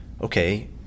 okay